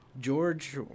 George